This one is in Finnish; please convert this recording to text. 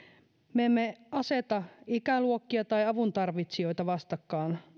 me emme aseta ikäluokkia tai avun tarvitsijoita vastakkain